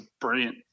brilliant